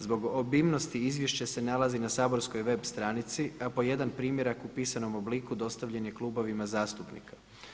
Zbog obimnosti izvješće se nalazi na saborskoj web stranici, a po jedan primjerak u pisanom obliku dostavljen je klubovima zastupnika.